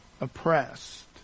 oppressed